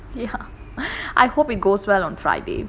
ya I hope it goes well on friday